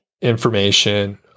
information